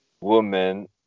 woman